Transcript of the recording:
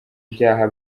ibyaha